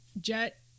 jet